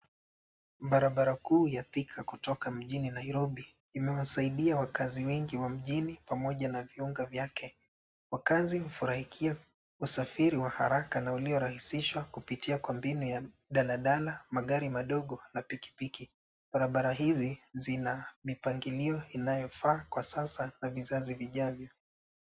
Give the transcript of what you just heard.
Barabara kuu ya thika kutoka mjini Nairobi imewasaidia wakaazi wengi wa mjini pamoja na viunga vyake. Wakaazi hufurahikia usafiri wa haraka na uliorahisishwa kupitia kwa mbinu ya daladala, magari madogo na pikipiki. Barabara hizi zina mipangilio inayofaa kwa sasa na vizazi vijavyo.